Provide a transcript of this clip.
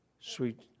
Sweet